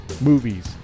movies